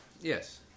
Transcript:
Yes